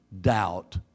doubt